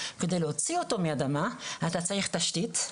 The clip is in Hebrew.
על מנת להוציא אותו מהאדמה, אתה צריך תשתית,